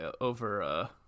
over